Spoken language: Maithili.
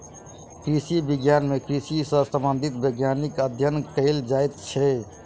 कृषि विज्ञान मे कृषि सॅ संबंधित वैज्ञानिक अध्ययन कयल जाइत छै